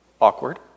awkward